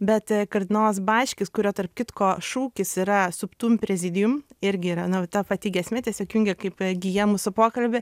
bet kardinolas bačkis kurio tarp kitko šūkis yra suptum prezidium irgi yra ta pati giesmė tiesiog jungia kaip gija mūsų pokalbį